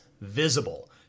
visible